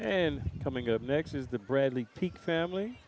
and coming up next is the bradley peek family